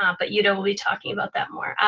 um but you know we'll be talking about that more.